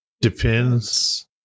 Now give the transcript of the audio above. Depends